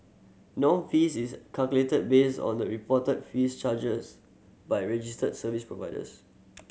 norm fee is calculated based on the reported fees charges by registered service providers